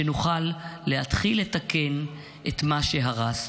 כדי שנוכל להתחיל לתקן את מה שהרסת.